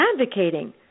advocating